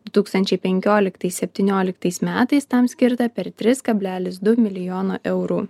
du tūkstančiai penkioliktais septynioliktais metais tam skirta per tris kablelis du milijono eurų